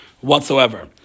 whatsoever